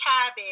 cabbage